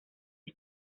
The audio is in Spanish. que